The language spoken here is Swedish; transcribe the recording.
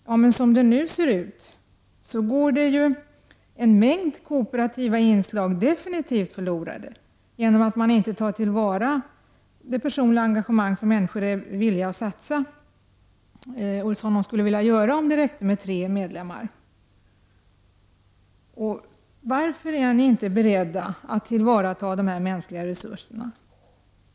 Ja, men som det ser ut nu så går ju en mängd kooperativa inslag definitivt förlorade genom att man inte tar till vara det personliga engagemang som människor är villiga att satsa om det räckte med tre medlemmar. Varför är ni inte beredda att tillvarata dessa mänskliga resurser?